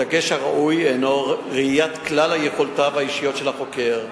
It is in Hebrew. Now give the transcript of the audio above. הדגש הראוי הינו ראיית כלל יכולותיו האישיות של החוקר,